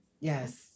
Yes